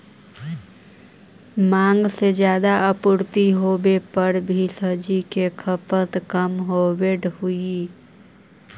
माँग से ज्यादा आपूर्ति होवे पर भी सब्जि के खपत कम होवऽ हइ